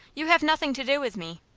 you have nothing to do with me.